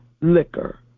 liquor